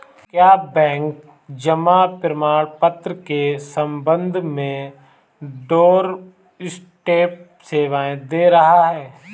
क्या बैंक जमा प्रमाण पत्र के संबंध में डोरस्टेप सेवाएं दे रहा है?